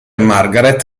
margaret